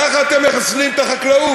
ככה אתם מחסלים את החקלאות.